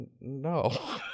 no